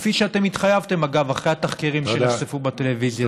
כפי שאתם התחייבתם אחרי התחקירים שנחשפו בטלוויזיה.